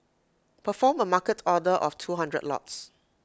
perform A market order of two hundred lots